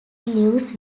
lives